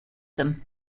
them